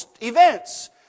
events